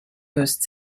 löst